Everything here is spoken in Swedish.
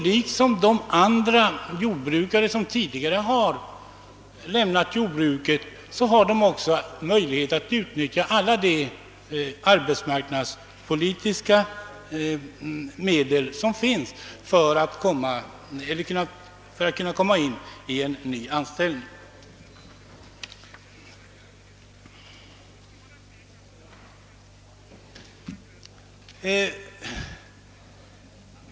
Liksom de andra jordbrukare som tidigare lämnåt jordbruket får de också möjlighet att utnyttja alla de arbetsmarknadspolitiska medel som finns för att de skall kunna få en ny anställning.